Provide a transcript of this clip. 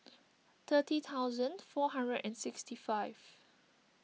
thirty thousand four hundred and sixty five